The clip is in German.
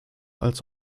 als